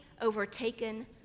overtaken